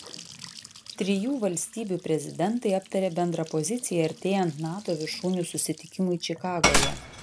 trijų valstybių prezidentai aptarė bendrą poziciją artėjant nato viršūnių susitikimui čikagoje